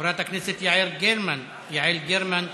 התשע"ז 2017. יעל גרמן תציג.